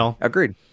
Agreed